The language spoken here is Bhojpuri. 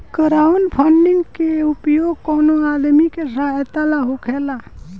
क्राउडफंडिंग के उपयोग कवनो आदमी के सहायता ला होखेला